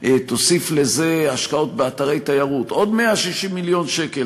תוסיף לזה השקעות באתרי תיירות עוד 160 מיליון שקל,